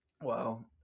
wow